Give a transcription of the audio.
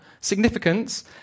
significance